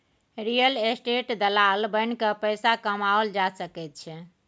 real estate दलाल बनिकए पैसा कमाओल जा सकैत छै